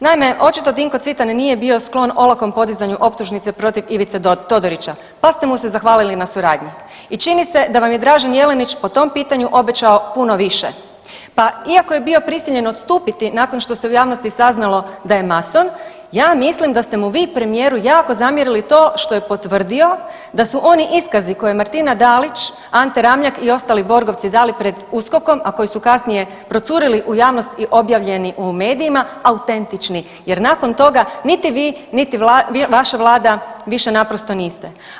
Naime, očito Dinko Cvitan nije bio sklon olakom podizanju optužnice protiv Ivice Todorića, pa ste mu se zahvalili na suradnji i čini se da vam je Dražen Jelenić po tom pitanju obećao puno više, pa iako je bio prisiljen odstupiti nakon što se u javnosti saznalo da je mason ja mislim da ste mu vi premijeru jako zamjerili to što je potvrdio da su oni iskazi koje je Martina Dalić, Ante Ramljak i ostali borgovci dali pod USKOK-om, a koji su kasnije procurili u javnost i objavljeni u medijima autentični jer nakon toga niti vi, niti vaša Vlada više naprosto niste.